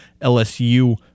LSU –